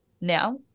Now